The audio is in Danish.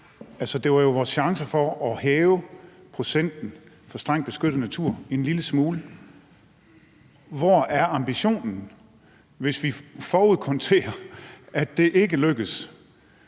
det var jo vores chance for at hæve procenten for strengt beskyttet natur en lille smule. Hvor er ambitionen, hvis vi på forhånd konstaterer, at det overhovedet